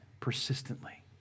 persistently